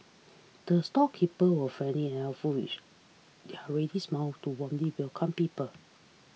the storekeeper were friendly and helpful with their ready smile to warmly welcome people